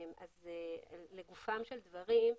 לגופם של דברים.